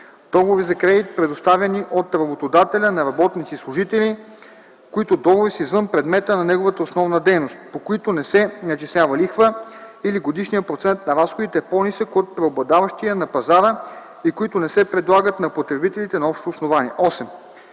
договори за кредит, предоставяни от работодателя на работници и служители, които договори са извън предмета на неговата основна дейност, по които не се начислява лихва или годишният процент на разходите е по-нисък от преобладаващия на пазара и които не се предлагат на потребителите на общо основание;